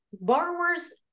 borrowers